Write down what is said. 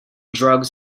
drugs